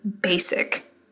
basic